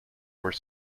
were